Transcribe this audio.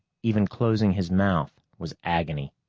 even closing his mouth was agony.